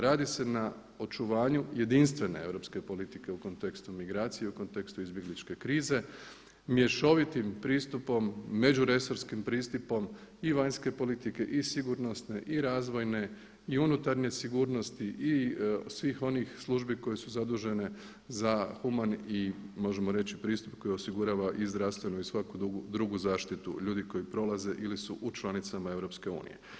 Radi se na očuvanju jedinstvene europske politike u kontekstu migracije i u kontekstu izbjegličke krize mješovitim pristupom međuresorskim pristupom i vanjske politike i sigurnosne i razvojne i unutarnje sigurnosti i svih onih službi koje su zadužene za human i možemo reći pristup koji osigurava i zdravstvenu i svaku drugu zaštitu ljudi koji prolaze ili su u članicama EU.